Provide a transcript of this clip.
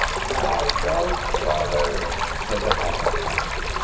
now, don't bother, said the hatter kindly.